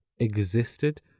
existed